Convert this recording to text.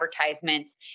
advertisements